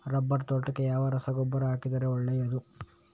Rubber ತೋಟಕ್ಕೆ ಯಾವ ರಸಗೊಬ್ಬರ ಹಾಕಿದರೆ ಒಳ್ಳೆಯದು?